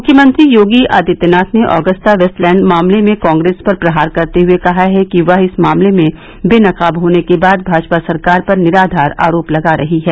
मुख्यमंत्री योगी आदित्यनाथ ने Agusta Westland मामले में कांग्रेस पर प्रहार करते हुए कहा है कि वह इस मामले में बेनकाब होने के बाद भाजपा सरकार पर निराधार आरोप लगा रही है